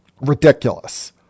ridiculous